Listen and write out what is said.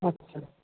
আচ্ছা